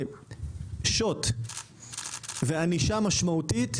ענישה משמעותית